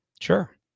Sure